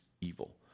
evil